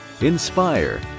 inspire